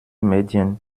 medien